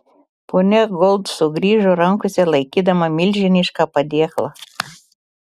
ponia gold sugrįžo rankose laikydama milžinišką padėklą